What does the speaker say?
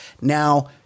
Now